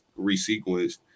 resequenced